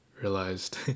realized